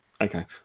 okay